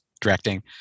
directing